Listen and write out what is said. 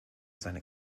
seine